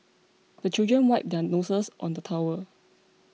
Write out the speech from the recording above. the children wipe their noses on the towel